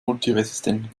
multiresistenten